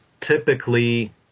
typically